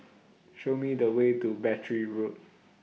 Show Me The Way to Battery Road